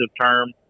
term